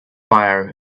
fire